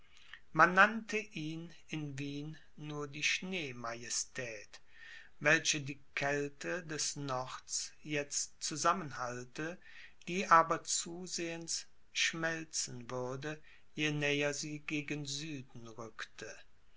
man nannte ihn in wien nur die schneemajestät welche die kälte des nords jetzt zusammenhalte die aber zusehends schmelzen würde je näher sie gegen süden rückte